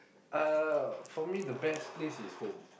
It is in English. uh for me the best place is home